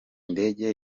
ndege